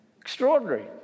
Extraordinary